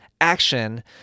action